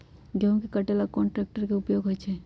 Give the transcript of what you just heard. गेंहू के कटे ला कोंन ट्रेक्टर के उपयोग होइ छई?